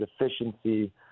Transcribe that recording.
efficiency